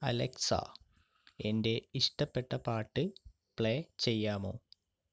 Alexa എന്റെ ഇഷ്ടപ്പെട്ട പാട്ട് പ്ലേ ചെയ്യാമോ